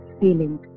feeling